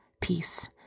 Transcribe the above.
peace